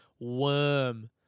worm